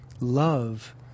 Love